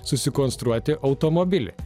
susikonstruoti automobilį